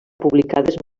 publicades